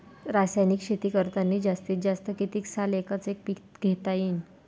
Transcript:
रासायनिक शेती करतांनी जास्तीत जास्त कितीक साल एकच एक पीक घेता येईन?